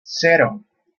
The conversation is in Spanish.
cero